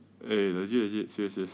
eh legit legit serious serious